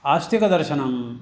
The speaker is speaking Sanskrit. आस्तिकदर्शनं